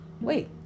Wait